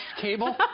cable